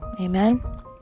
Amen